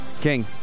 King